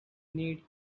need